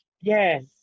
yes